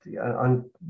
on